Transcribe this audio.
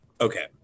Okay